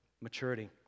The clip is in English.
maturity